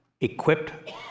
equipped